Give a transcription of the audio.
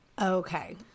Okay